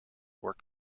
were